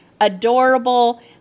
adorable